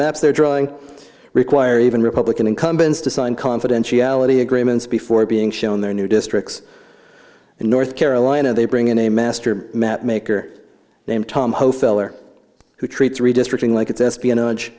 maps they're drawing require even republican incumbents to sign confidentiality agreements before being shown their new districts in north carolina they bring in a master mapmaker named tom ho feller who treats redistricting like it's espionage